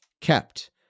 kept